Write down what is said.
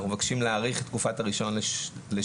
אנחנו מבקשים להאריך את תקופת הרישיון לשנתיים,